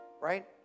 right